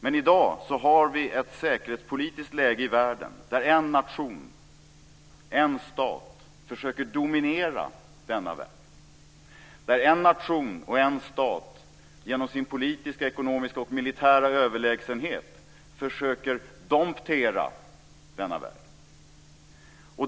Men i dag har vi ett säkerhetspolitiskt läge i världen där en nation, en stat, försöker att dominera denna värld. En nation, en stat, försöker genom sin politiska, ekonomiska och militära överlägsenhet att domptera denna värld.